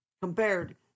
compared